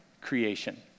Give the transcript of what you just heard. creation